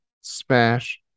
smash